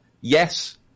Yes